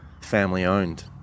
family-owned